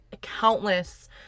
countless